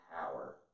power